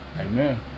Amen